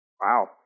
Wow